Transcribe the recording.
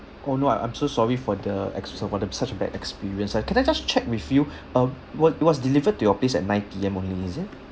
oh no I'm so sorry for the ex~ about the such a bad experience I can I just check with you um wa~ was delivered to your place at nine P_M only is it